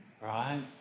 right